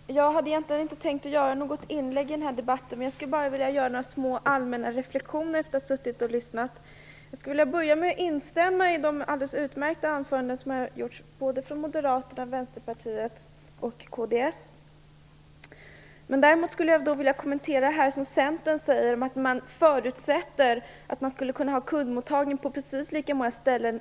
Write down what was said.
Fru talman! Jag hade egentligen inte tänkt att göra något inlägg i denna debatt, men jag skulle vilja göra några små allmänna reflexioner efter att ha suttit och lyssnat. Jag skulle vilja börja med att instämma i de alldeles utmärkta anföranden som gjorts både från Moderaterna, Vänsterpartiet och kds. Jag skulle vilja kommentera det som Centern säger om att man förutsätter att det skall finnas kundmottagning på precis lika många ställen